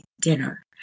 dinner